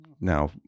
now